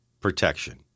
protection